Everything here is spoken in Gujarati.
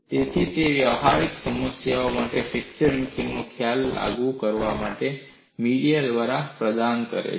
તેથી તે વ્યવહારિક સમસ્યાઓ માટે ફ્રેક્ચર મિકેનિક્સ ખ્યાલોને લાગુ કરવા માટે મીડિયા દ્વારા પ્રદાન કરે છે